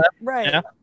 Right